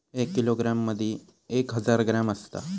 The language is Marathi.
एक किलोग्रॅम मदि एक हजार ग्रॅम असात